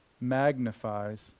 magnifies